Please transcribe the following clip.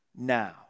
Now